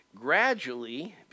gradually